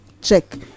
check